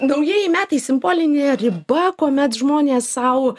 naujieji metai simbolinė riba kuomet žmonės sau